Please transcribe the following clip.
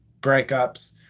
breakups